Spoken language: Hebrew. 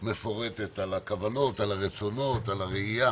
מפורטת על הכוונות, על הרצונות, על הראייה